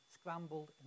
scrambled